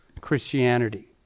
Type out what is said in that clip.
Christianity